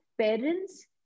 parents